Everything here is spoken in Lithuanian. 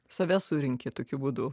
save surenki tokiu būdu